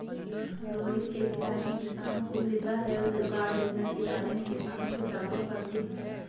रोहित के पिताजी किसानों को मृदा हैल्थ कार्ड योजना के बारे में किसानों को जागरूक करते हैं